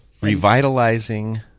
Revitalizing